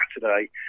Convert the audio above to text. Saturday